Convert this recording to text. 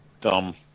dumb